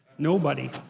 nobody.